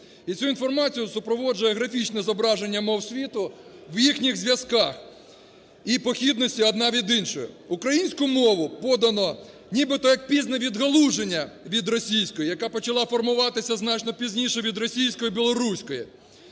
І цю інформацію супроводжує графічне зображення мов світу в їхніх зв'язках, і похідності одна від іншої. Українську мову подано нібито як пізнє відгалуження від російської, яка почала формуватися значно пізніше від російської і білоруської.